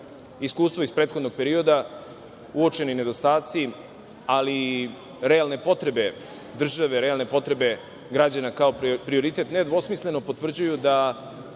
iskustvo iz prethodnog perioda, uočeni nedostaci, ali i realne potrebe države, realne potrebe građana kao prioritet nedvosmisleno potvrđuju da